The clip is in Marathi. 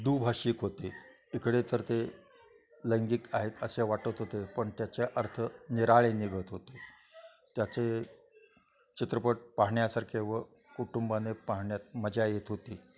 दुभाषिक होते इकडे तर ते लैंगिक आहेत असे वाटत होते पण त्याचे अर्थ निराळे निघत होते त्याचे चित्रपट पाहण्यासारखे व कुटुंबाने पाहण्यात मजा येत होती